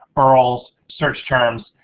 earls, search terms,